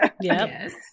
yes